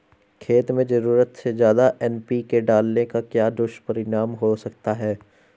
खेत में ज़रूरत से ज्यादा एन.पी.के डालने का क्या दुष्परिणाम हो सकता है?